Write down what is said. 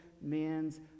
men's